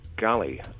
golly